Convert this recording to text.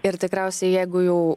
ir tikriausiai jeigu jau